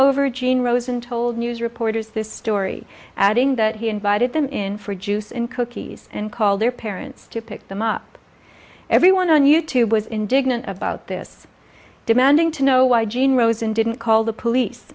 over gene rosen told news reporters this story adding that he invited them in for juice and cookies and called their parents to pick them up everyone on you tube was indignant about this demanding to know why gene rosen didn't call the police